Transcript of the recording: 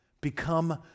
become